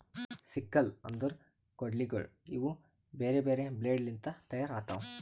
sickle ಅಂದುರ್ ಕೊಡ್ಲಿಗೋಳ್ ಇವು ಬೇರೆ ಬೇರೆ ಬ್ಲೇಡ್ ಲಿಂತ್ ತೈಯಾರ್ ಆತವ್